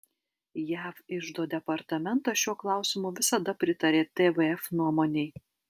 jav iždo departamentas šiuo klausimu visada pritarė tvf nuomonei